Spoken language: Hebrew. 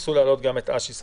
תנסו להעלות גם את אשי שלמון.